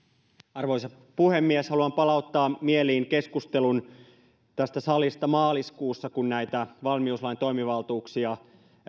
arvoisa puhemies haluan palauttaa mieliin keskustelun tässä salissa maaliskuussa kun näitä valmiuslain toimivaltuuksia